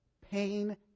pain